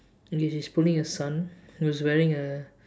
okay she is pulling her son he was wearing a